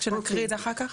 כשנקריא את זה אחר כך?